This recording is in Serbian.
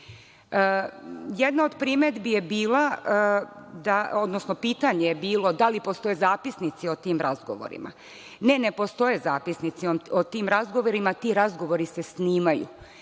kroz ispit. Jedna od pitanja je bilo da li postoje zapisnici o tim razgovorima? Ne, ne postoje zapisnici o tim razgovorima. Ti razgovori se snimaju.